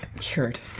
Cured